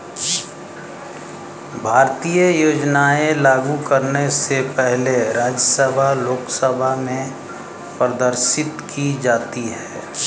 भारतीय योजनाएं लागू करने से पहले राज्यसभा लोकसभा में प्रदर्शित की जाती है